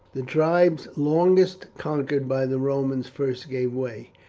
the tribes longest conquered by the romans first gave way,